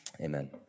Amen